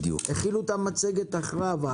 הכינו את המצגת אחרי הוועדה.